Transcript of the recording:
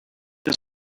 his